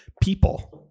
people